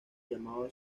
llamado